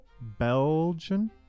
Belgian